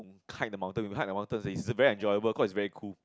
hike the mountain you hike the mountain it's very enjoyable cause it's very cool